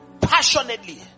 passionately